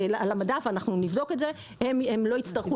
ואנחנו נבדוק את זה הן לא תצטרכנה